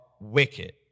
wicked